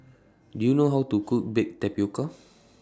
Do YOU know How to Cook Baked Tapioca